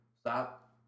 stop